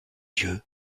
yeux